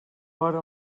hora